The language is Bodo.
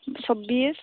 सब्बिस